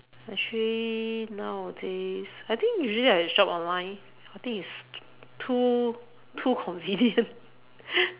actually nowadays I think usually I shop online I think it's too too convenient